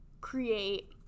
create